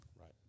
Right